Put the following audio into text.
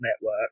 network